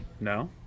No